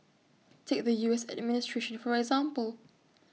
take the U S administration for example